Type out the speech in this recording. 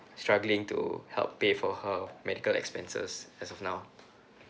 struggling to help pay for her medical expenses as of now